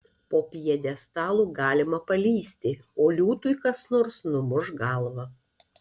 po pjedestalu galima palįsti o liūtui kas nors numuš galvą